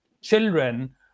children